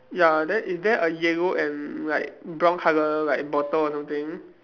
ya then is there a yellow and like brown colour like bottle or something